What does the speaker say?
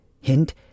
Hint